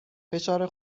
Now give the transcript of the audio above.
فشار